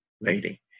lady